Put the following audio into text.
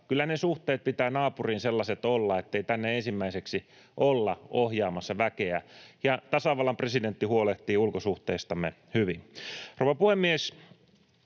Kyllä niiden suhteiden pitää naapuriin sellaiset olla, ettei tänne ensimmäiseksi olla ohjaamassa väkeä, ja tasavallan presidentti huolehtii ulkosuhteistamme hyvin.